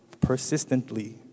persistently